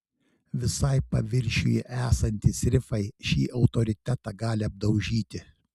visai paviršiuje esantys rifai šį autoritetą gali apdaužyti